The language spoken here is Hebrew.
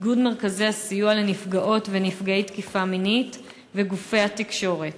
איגוד מרכזי הסיוע לנפגעות ונפגעי תקיפה מינית וגופי התקשורת.